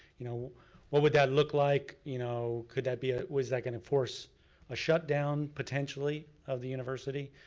you know what would that look like? you know could that be a, was that gonna force a shutdown potentially of the university?